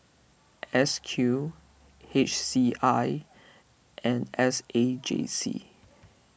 S Q H C I and S A J C